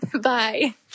Bye